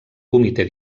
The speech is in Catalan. comitè